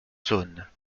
saône